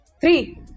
Three